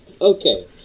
Okay